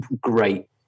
great